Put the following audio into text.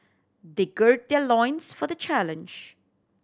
they gird their loins for the challenge